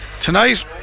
tonight